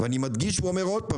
אני מדגיש ואומר שוב,